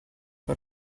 but